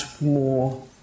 more